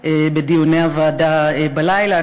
בדיוני הוועדה בלילה.